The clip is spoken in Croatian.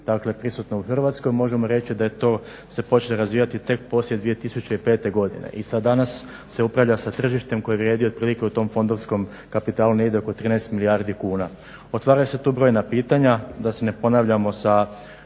prisutno u Hrvatskoj, možemo reći da se to počne razvijati tek poslije 2005.godine i sa danas se upravlja sa tržištem koje vrijedi otprilike u tom fondovskom kapitalu negdje oko 13 milijardi kuna. Otvaraju se tu brojna pitanja da se ne ponavljamo sa